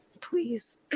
Please